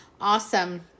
awesome